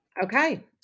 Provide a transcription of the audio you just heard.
Okay